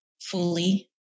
fully